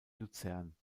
luzern